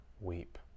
weep